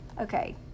Okay